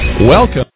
Welcome